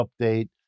update